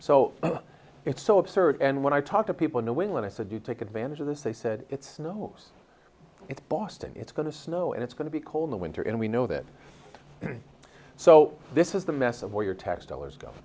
so it's so absurd and when i talk to people in new england i said you take advantage of this they said it's no use it's boston it's going to snow and it's going to be cold in winter and we know that so this is the mess of where your tax dollars go